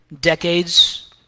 decades